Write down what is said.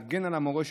להגן על המורשת,